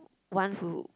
one who